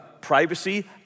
privacy